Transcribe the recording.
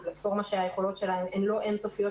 שהיכולות שלה לא אין-סופיות,